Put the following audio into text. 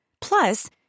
Plus